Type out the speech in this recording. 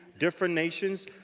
different nations.